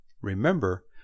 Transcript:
Remember